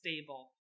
stable